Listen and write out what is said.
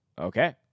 Okay